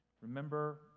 Remember